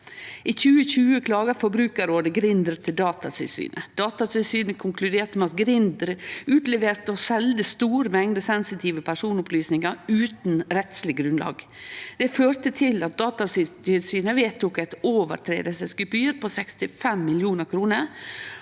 I 2020 klaga Forbrukarrådet Grindr til Datatilsynet. Datatilsynet konkluderte med at Grindr utleverte og selde store mengder sensitive personopplysningar utan rettsleg grunnlag. Det førte til at Datatilsynet vedtok eit lovbrotsgebyr på 65 mill. kr. Grindr